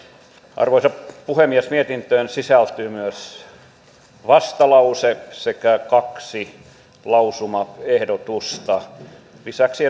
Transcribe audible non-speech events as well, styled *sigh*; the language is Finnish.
arvoisa puhemies mietintöön sisältyy myös vastalause sekä kaksi lausumaehdotusta lisäksi *unintelligible*